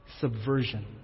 subversion